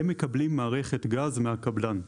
הם מקבלים מערכת גז מהקבלן.